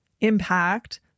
impact